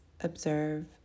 observe